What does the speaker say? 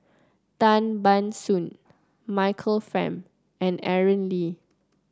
Tan Ban Soon Michael Fam and Aaron Lee